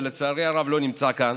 שלצערי הרב לא נמצא כאן.